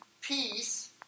peace